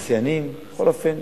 מהתעשיינים, בכל אופן